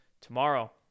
tomorrow